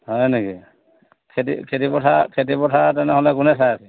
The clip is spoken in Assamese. হয় নেকি খেতি খেতিপথাৰ খেতিপথাৰ তেনেহ'লে কোনে চাই আছে